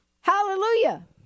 hallelujah